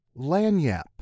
Lanyap